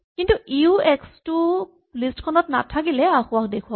কিন্তু ইয়ো এক্স টো লিষ্ট খনত নাথাকিলে আসোঁৱাহ দেখুৱাব